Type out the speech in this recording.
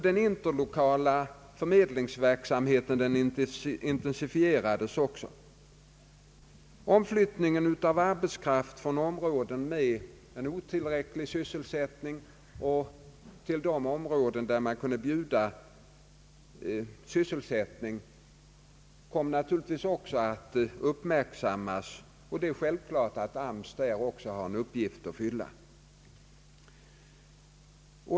Den interlokala förmedlingsverksamheten «intensifierades likaledes. Omflyttningen av arbetskraft från områden med otillräcklig sysselsättning till de områden där man kunde erbjuda sysselsättning kom givetvis också att uppmärksammas. Det är självklart att AMS där också har en uppgift att fylla.